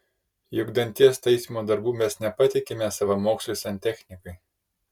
juk danties taisymo darbų mes nepatikime savamoksliui santechnikui